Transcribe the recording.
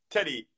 Teddy